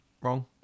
wrong